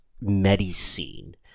medicine